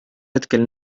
hetkel